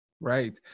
Right